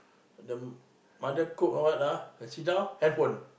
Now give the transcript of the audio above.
the mother cook what ah the sit down handphone